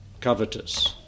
covetous